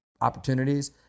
opportunities